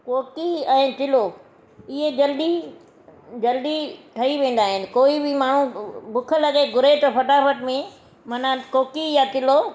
कोकी ऐं चीलो इहे जल्दी जल्दी ठही वेंदा आहिनि कोई बि माण्हू बुख लॻे घुरे थो फटाफट में मना कोकी या चीलो